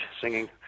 singing